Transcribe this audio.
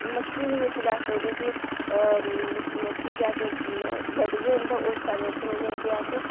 मक्की दी जिस बेल्लै अस उनेंगी जिसलै मक्की गी अस न ओह् बडदे न ते उस टैम उप्पर उ'नेंगी अस